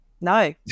No